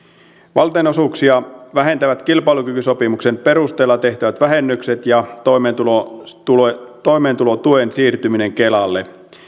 valtionosuuksia vähentävät kilpailukykysopimuksen perusteella tehtävät vähennykset ja toimeentulotuen toimeentulotuen siirtyminen kelalle